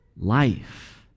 life